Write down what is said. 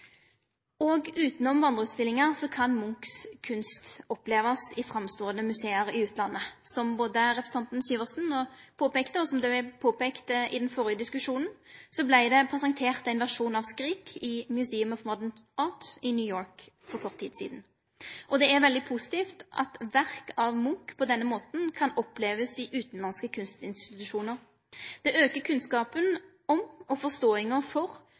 elles. Utanom vandreutstillingar kan Munchs kunst opplevast i framståande museum i utlandet. Som representanten Syversen peika på, og som det vart påpeika i den førre diskusjonen, vart det presentert ein versjon av «Skrik» i The Museum of Modern Art i New York for kort tid sidan. Det er veldig positivt at verk av Munch på denne måten kan opplevast i utanlandske kunstinstitusjonar. Det aukar kunnskapen om og forståinga for